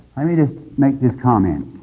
i mean just make this comment,